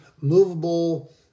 movable